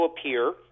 appear